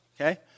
okay